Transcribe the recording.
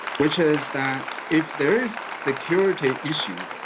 which is that if there is security issue,